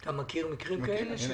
אתה מכיר מקרים כאלה?